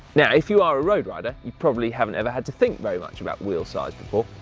now if you are a road rider, you probably haven't ever had to think very much about wheel size before,